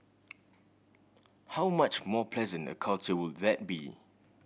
how much more pleasant a culture would that be